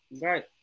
Right